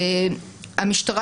המשטרה